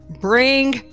Bring